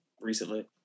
recently